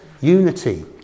unity